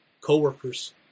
co-workers